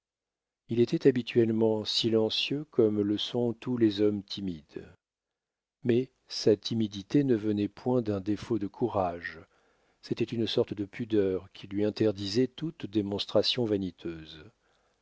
il était habituellement silencieux comme le sont tous les hommes timides mais sa timidité ne venait point d'un défaut de courage c'était une sorte de pudeur qui lui interdisait toute démonstration vaniteuse